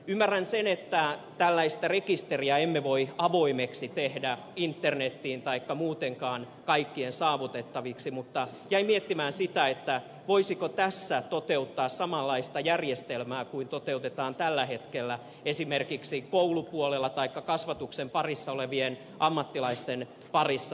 ymmärrän sen että tällaista rekisteriä emme voi tehdä avoimeksi internetiin taikka muutenkaan kaikkien saavutettavaksi mutta jäin miettimään sitä voisiko tässä toteuttaa samanlaista järjestelmää kuin toteutetaan tällä hetkellä esimerkiksi koulupuolella taikka kasvatuksen parissa olevien ammattilaisten parissa